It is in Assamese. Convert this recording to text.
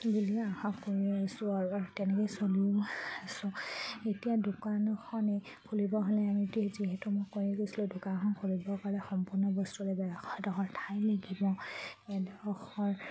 বুলিয়ে আশা কৰি আছোঁ আৰু তেনেকৈ চলিও আছোঁ এতিয়া দোকানখনেই খুলিব হ'লে আমি এই যিহেতু মই কৈ কৈছিলোঁ দোকানখন খুলিবৰ কাৰণে সম্পূৰ্ণ বস্তুৰে লাগিব এডোখৰ ঠাই লাগিব এডোখৰ